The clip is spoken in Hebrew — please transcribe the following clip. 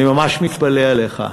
אני ממש מתפלא עליך.